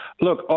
Look